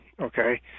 Okay